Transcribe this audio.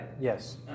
Yes